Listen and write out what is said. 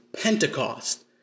Pentecost